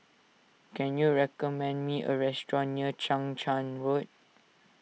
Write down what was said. can you recommend me a restaurant near Chang Charn Road